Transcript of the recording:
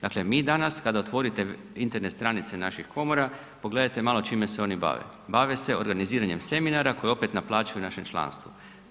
Dakle mi danas kada otvorite Internet stranice naših komora, pogledajte malo čime se oni bave, bave se organiziranjem seminara koji opet naplaćuju našem članstvu.